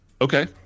Okay